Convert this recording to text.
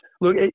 Look